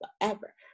forever